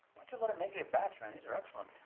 don't you let him make you a batch, man? these are excellent.